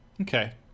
Okay